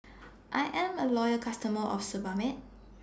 I Am A Loyal customer of Sebamed